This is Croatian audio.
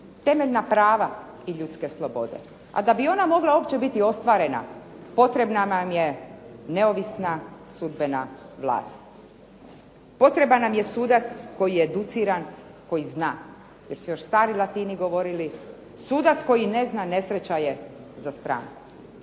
temeljna prava i ljudske slobode. A da bi ona uopće mogla biti ostvarena potrebna nam je neovisna sudbena vlast. Potreban nam je sudac koji je educiran, koji zna. Jer su još stari Latini govorili sudac koji ne zna nesreća je za stranku.